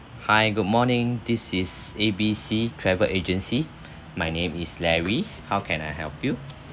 hi good morning this is A B C travel agency my name is larry how can I help you